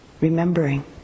remembering